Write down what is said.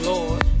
Lord